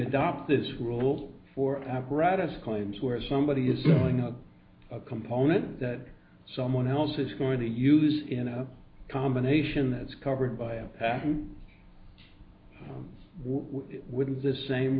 adopt this rule for apparatus claims where somebody is filling up a component that someone else is going to use in a combination that's covered by why wouldn't the same